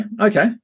okay